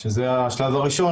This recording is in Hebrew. שזה השלב הראשון,